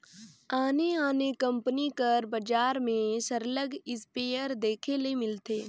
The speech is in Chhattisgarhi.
आने आने कंपनी कर बजार में सरलग इस्पेयर देखे ले मिलथे